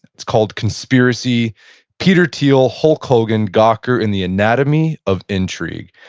it's called conspiracy peter thiel, hulk hogan, gawker, and the anatomy of intrigue.